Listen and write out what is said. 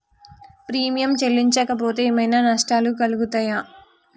Premium చెల్లించకపోతే ఏమైనా నష్టాలు కలుగుతయా?